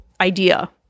idea